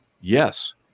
yes